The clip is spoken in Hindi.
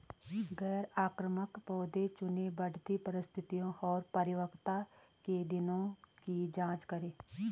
गैर आक्रामक पौधे चुनें, बढ़ती परिस्थितियों और परिपक्वता के दिनों की जाँच करें